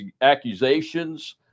accusations